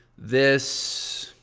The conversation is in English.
this